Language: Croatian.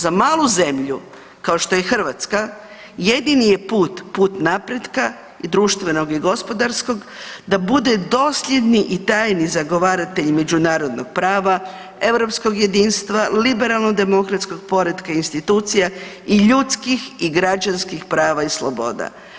Za malu zemlju kao što je Hrvatska jedini je put, put napretka društvenog i gospodarskog da bude dosljedni i tajni zagovaratelj međunarodnog prava, europskog jedinstva, liberalno demokratskog poretka institucija i ljudskih i građanskih prava i sloboda.